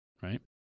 right